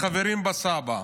לחברים בסבא"א,